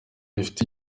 rifite